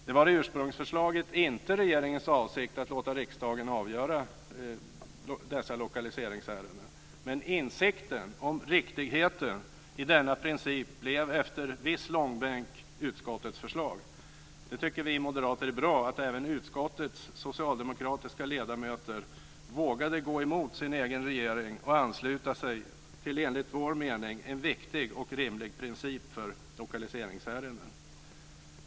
Det var i ursprungsförslaget inte regeringens avsikt att låta riksdagen avgöra dessa lokalieringsärenden. Men insikten om riktigheten i denna princip blev efter viss långbänk utskottets förslag. Vi moderater tycker att det är bra att även utskottets socialdemokratiska ledamöter vågade gå emot sin egen regering och ansluta sig till en, enligt vår mening, viktig och rimlig princip för lokaliseringsärenden.